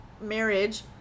marriage